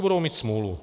Budou mít smůlu.